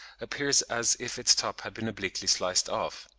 appears as if its top had been obliquely sliced off.